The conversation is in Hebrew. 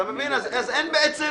אתה מבין אז אין בעצם